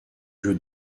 jeu